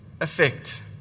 effect